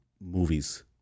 movies